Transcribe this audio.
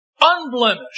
unblemished